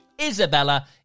Isabella